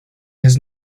has